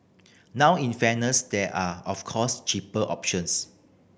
now in fairness there are of course cheaper options